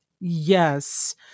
Yes